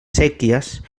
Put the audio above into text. séquies